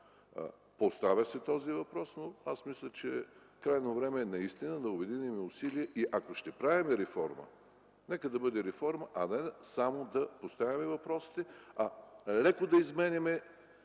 въпрос се поставя), но аз мисля, че е крайно време наистина да обединим усилия и ако ще правим реформа, нека тя да бъде реформа, а не само да поставяме въпросите и леко да изменяме